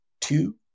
two